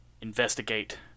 investigate